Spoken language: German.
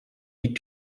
die